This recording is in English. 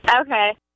Okay